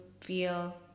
feel